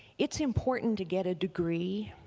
it's important to get a degree